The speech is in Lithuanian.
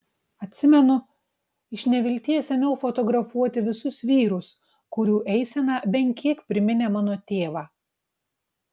atsimenu iš nevilties ėmiau fotografuoti visus vyrus kurių eisena bent kiek priminė mano tėvą